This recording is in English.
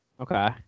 Okay